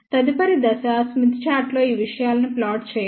తదుపరి దశ స్మిత్ చార్టులో ఈ విషయాలను ప్లాట్ చేయడం